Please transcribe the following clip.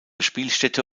spielstätte